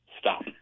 stop